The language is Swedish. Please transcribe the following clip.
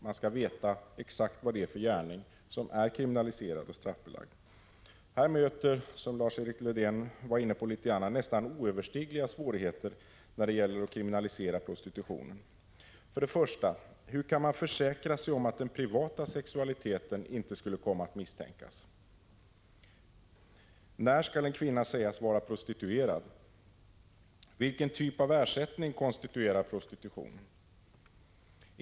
Man skall veta exakt vad det är för gärning som är kriminaliserad och straffbelagd. Också här möter, som Lars-Erik Lövdén var inne på, nästan oöverstigliga svårigheter när det gäller att kriminalisera prostitutionen. Hur kan man försäkra sig om att den privata sexualiteten inte skulle komma att misstänkas? När skall en kvinna sägas vara prostituerad? Vilken typ av ersättning konstituerar prostitution?